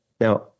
Now